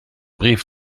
brief